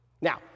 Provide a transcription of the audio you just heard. Now